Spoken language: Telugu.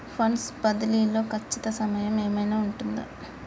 ఫండ్స్ బదిలీ లో ఖచ్చిత సమయం ఏమైనా ఉంటుందా?